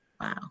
Wow